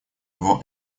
его